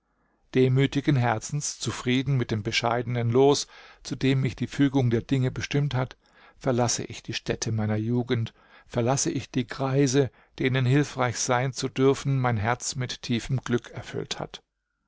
demütigen herzens zufrieden mit dem bescheidenen los zu dem mich die fügung der dinge bestimmt hat verlasse ich die stätte meiner jugend verlasse ich die greise denen hilfreich sein zu dürfen mein herz mit tiefem glück erfüllt hat